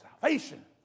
salvation